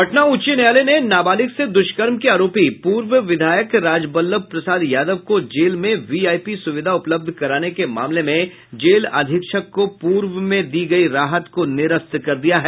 पटना उच्च न्यायालय ने नाबालिग से दुष्कर्म के आरोपी पूर्व विधायक राजवल्लभ प्रसाद यादव को जेल में वीआईपी सुविधा उपलब्ध कराने के मामले में जेल अधीक्षक को पूर्व में दी गयी राहत को निरस्त कर दिया है